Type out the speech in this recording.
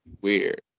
weird